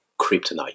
kryptonite